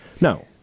No